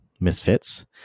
misfits